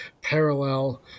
parallel